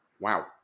Wow